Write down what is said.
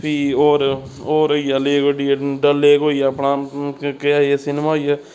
फ्ही होर होर होई गेआ डल लेक होई गेआ अपना केह् आखदे सिनमा होई गेआ